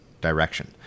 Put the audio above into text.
direction